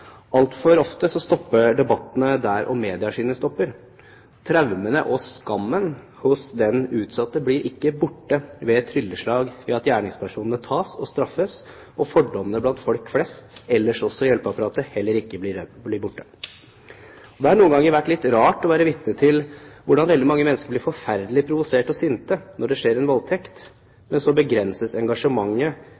Altfor ofte stopper debattene der, og medieskinnet stopper. Traumene og skammen hos den utsatte blir ikke borte med et trylleslag ved at gjerningspersonen tas og straffes, og fordommene blant folk flest og ellers også i hjelpeapparatet blir heller ikke borte. Det har noen ganger vært litt rart å være vitne til hvordan veldig mange mennesker blir forferdelig provosert og sinte når det skjer en voldtekt,